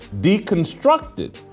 deconstructed